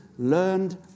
learned